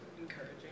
Encouraging